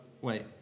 wait